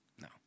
no